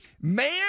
Man